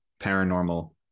paranormal